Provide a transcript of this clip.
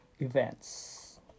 events